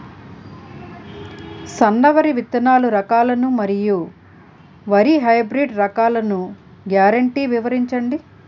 సన్న వరి విత్తనాలు రకాలను మరియు వరి హైబ్రిడ్ రకాలను గ్యారంటీ వివరించండి?